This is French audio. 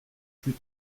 plus